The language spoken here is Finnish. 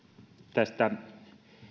tästä